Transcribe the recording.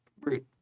root